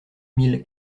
mille